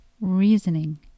reasoning